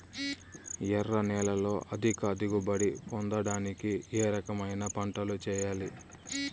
ఎర్ర నేలలో అధిక దిగుబడి పొందడానికి ఏ రకమైన పంటలు చేయాలి?